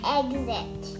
exit